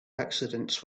accidents